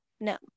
no